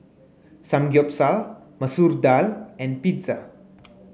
Samgyeopsal Masoor Dal and Pizza